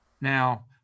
Now